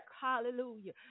hallelujah